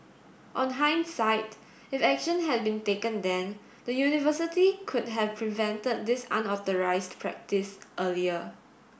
on hindsight if action had been taken then the university could have prevented this unauthorised practice earlier